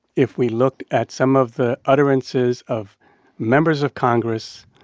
if we looked at some of the utterances of members of congress,